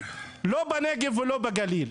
לא בנגב ולא בגליל.